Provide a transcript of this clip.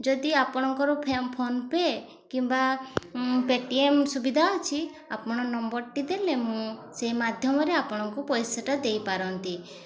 ଯଦି ଆପଣଙ୍କର PhonePe କିମ୍ବା ପେଟିଏମ୍ ସୁବିଧା ଅଛି ଆପଣ ନମ୍ବରଟି ଦେଲେ ମୁଁ ସେଇ ମାଧ୍ୟମରେ ଆପଣଙ୍କୁ ପଇସାଟା ଦେଇପାରନ୍ତି